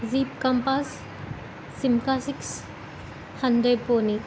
jeep Compass సేంకా six Hyundai Pune